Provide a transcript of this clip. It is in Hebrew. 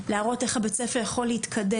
להראות איך בית הספר יכול להתקדם,